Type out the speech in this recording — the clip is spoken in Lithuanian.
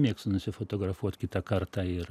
mėgstu nusifotografuot kitą kartą ir